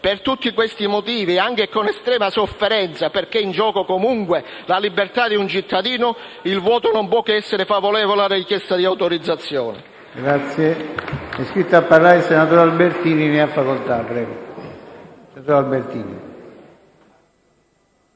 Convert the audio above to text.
Per tutti questi motivi e anche con estrema sofferenza, perché è in gioco comunque la libertà di un cittadino, il voto non può che essere favorevole alla richiesta autorizzazione.